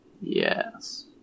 Yes